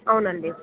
అవును అండి